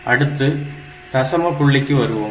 அடுத்து தசம புள்ளிக்கு வருவோம்